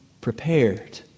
prepared